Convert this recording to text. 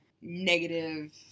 negative